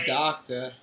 doctor